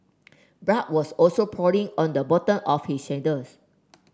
blood was also pooling on the bottom of his sandals